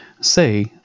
Say